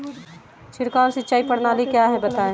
छिड़काव सिंचाई प्रणाली क्या है बताएँ?